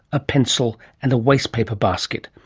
a pencil and a waste paper basket.